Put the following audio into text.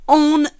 on